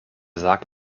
sagt